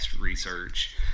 research